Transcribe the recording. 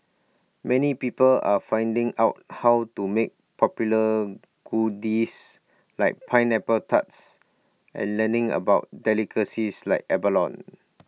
many people are finding out how to make popular goodies like pineapple tarts and learning about delicacies like abalone